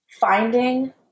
finding